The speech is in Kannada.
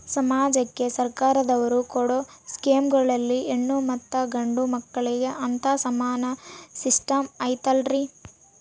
ಸಮಾಜಕ್ಕೆ ಸರ್ಕಾರದವರು ಕೊಡೊ ಸ್ಕೇಮುಗಳಲ್ಲಿ ಹೆಣ್ಣು ಮತ್ತಾ ಗಂಡು ಮಕ್ಕಳಿಗೆ ಅಂತಾ ಸಮಾನ ಸಿಸ್ಟಮ್ ಐತಲ್ರಿ?